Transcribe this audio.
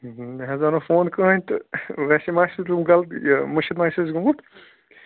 مےٚ حظ آو نہٕ فون کٕہٕنۍ تہٕ ویسے ما آسہِ یہِ مُشِتھ ما آسہِ اَسہِ گوٚمُت